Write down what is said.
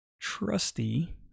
trusty